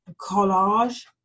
collage